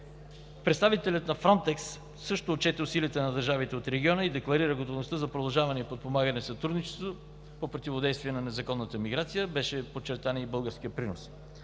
Представителят на „Фронтекс” също отчете усилията на държавите от региона и декларира готовността за продължаване и подпомагане сътрудничеството по противодействие на незаконната миграция. Беше подчертан и българският принос.